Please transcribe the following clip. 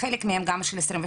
בשדה תעופה